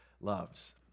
loves